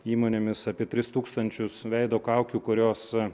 įmonėmis apie tris tūkstančius veido kaukių kurios